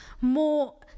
more